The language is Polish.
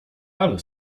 ale